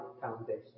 foundation